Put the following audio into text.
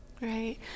Right